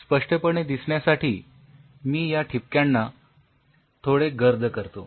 स्पष्टपणे दिसण्यासाठी मी या ठिपक्यांना थोडे गर्द करतो